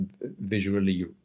visually